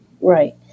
Right